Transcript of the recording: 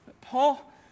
Paul